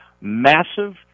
massive